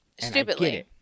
Stupidly